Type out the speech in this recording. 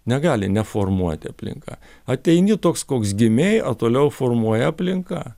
negali neformuoti aplinka ateini toks koks gimei o toliau formuoja aplinka